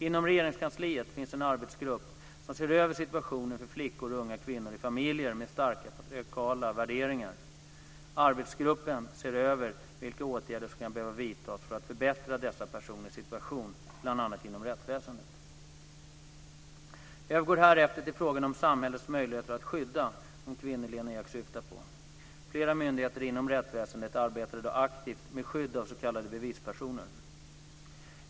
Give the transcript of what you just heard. Inom Regeringskansliet finns en arbetsgrupp som ser över situationen för flickor och unga kvinnor i familjer med starkt patriarkala värderingar. Arbetsgruppen ser över vilka åtgärder som kan behöva vidtas för att förbättra dessa personers situation bl.a. Jag övergår härefter till frågan om samhällets möjligheter att skydda de kvinnor Lena Ek syftar på. Flera myndigheter inom rättsväsendet arbetar i dag aktivt med skydd av s.k. bevispersoner.